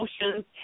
emotions